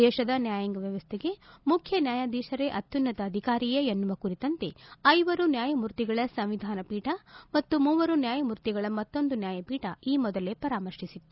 ದೇಶದ ನ್ಯಾಯಾಂಗ ವ್ಯವಸ್ಥೆಗೆ ಮುಖ್ಯ ನ್ಯಾಯಾಧೀಶರೇ ಅತ್ಯುನ್ನತ ಅಧಿಕಾರಿಯೇ ಎನ್ನುವ ಕುರಿತಂತೆ ಐವರು ನ್ಯಾಯಮೂರ್ತಿಗಳ ಸಂವಿಧಾನಪೀಠ ಮತ್ತು ಮೂವರು ನ್ಯಾಯಮೂರ್ತಿಗಳ ಮತ್ತೊಂದು ನ್ಲಾಯಪೀಠ ಈ ಮೊದಲೇ ಪರಾಮರ್ಶಿಸಿತ್ತು